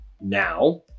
now